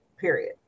period